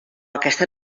aquesta